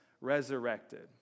resurrected